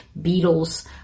Beatles